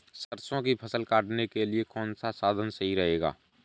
सरसो की फसल काटने के लिए कौन सा साधन सही रहेगा?